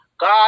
god